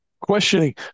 questioning